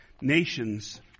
nations